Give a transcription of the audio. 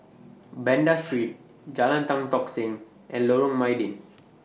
Banda Street Jalan Tan Tock Seng and Lorong Mydin